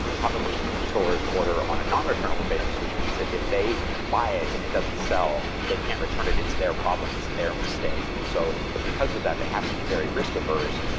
comic book stores order on a nonreturnable basis, which means that if they buy it and it doesn't sell, they can't return it. it's their problem, it's their mistake, and so because of that, they have to be very risk-averse,